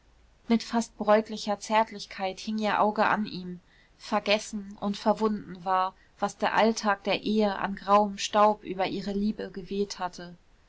mit fast bräutlicher zärtlichkeit hing ihr auge an ihm vergessen und verwunden war was der alltag der ehe an grauem staub über ihre liebe geweht hatte